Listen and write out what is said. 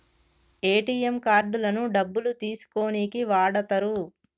ATM కార్డులను డబ్బులు తీసుకోనీకి వాడతరు